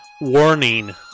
Warning